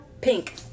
pink